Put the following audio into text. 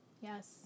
Yes